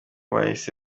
bahise